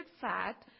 fat